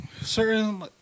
certain